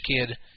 kid